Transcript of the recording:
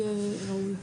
יהיה ראוי.